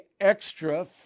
extra